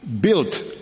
built